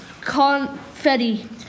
confetti